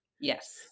Yes